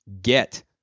get